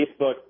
Facebook